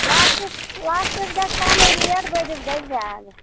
لۄکٔٹِس لۄکٔٹِس گژھِ کَمٕے ریٹ بٔڈِس گژھِ زیادٕ